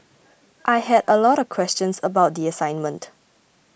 I had a lot of questions about the assignment